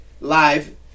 live